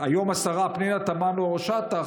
והיום השרה פנינה תמנו שטה,